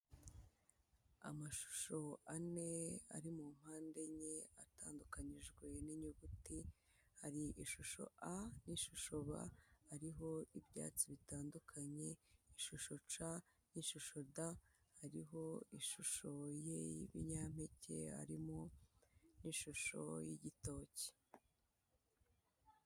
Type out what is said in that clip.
Amashusho ane ari mu mpande enye atandukanyijwe n'inyuguti, hari ishusho "A" n'ishusho "B" hariho ibyatsi bitandukanye ishusho "C' n'ishusho "D" hariho ishusho y'ibinyampeke harimo n'ishusho y'igitoki.